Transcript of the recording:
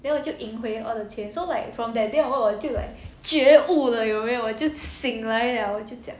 then 我就赢回 all the 钱 so like from that day onwards 我就 like 觉悟了有没有我就醒来了我就讲